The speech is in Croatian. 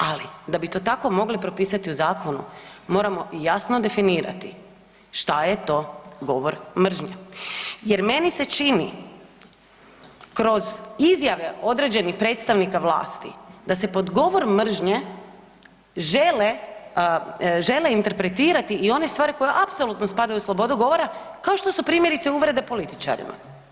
Ali, da bi to tako mogli propisati u zakonu, moramo i jasno definirati što je to govor mržnje jer meni se čini kroz izjave određenih predstavnika vlasti da se pod govor mržnje žele interpretirati i one stvari koje apsolutno spadaju u slobodu govora, kao što su, primjerice, uvrede političarima.